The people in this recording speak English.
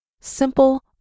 Simple